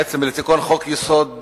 בעצם לתיקון חוק-יסוד: